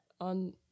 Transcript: on